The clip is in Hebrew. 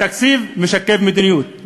התקציב משקף מדיניות,